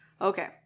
Okay